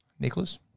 Nicholas